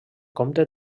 comte